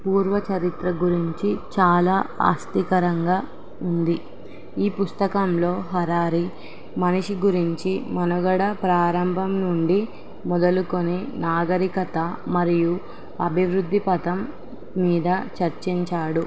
పూర్వ చరిత్ర గురించి చాలా ఆసక్తికరంగా ఉంది ఈ పుస్తకంలో హరారి మనిషి గురించి మనుగడ ప్రారంభం నుండి మొదలుకొనే నాగరికత మరియు అభివృద్ధి పతం మీద చర్చించాడు